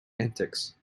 antics